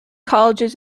colleges